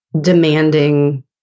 demanding